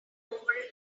over